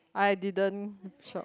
I didn't shop